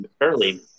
early